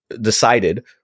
decided